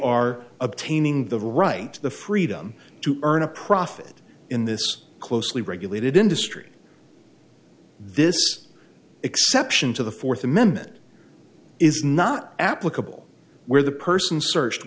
are obtaining the right the freedom to earn a profit in this closely regulated industry this exception to the fourth amendment is not applicable where the person searched